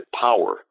power